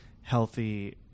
healthy